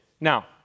Now